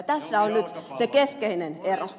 tässä on nyt se keskeinen ero